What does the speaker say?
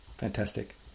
Fantastic